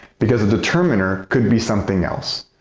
because a determiner could be something else,